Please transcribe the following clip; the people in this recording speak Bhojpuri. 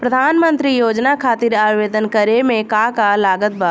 प्रधानमंत्री योजना खातिर आवेदन करे मे का का लागत बा?